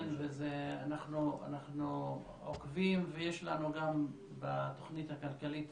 אנחנו עוקבים וגם בתוכנית הכלכלית